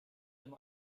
him